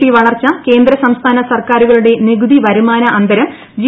P വളർച്ച കേന്ദ്ര സംസ്ഥാന സർക്കാരുകളുടെ നികുതി വരുമാന അന്തരം ജി